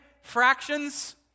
fractions